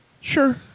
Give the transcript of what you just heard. Sure